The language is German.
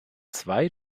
zwei